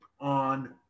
on